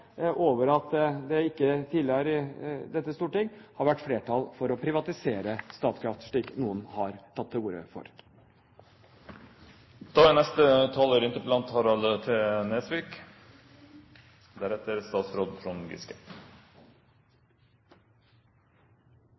at det ikke tidligere i dette storting har vært flertall for å privatisere Statkraft, slik noen har tatt til orde